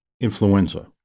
influenza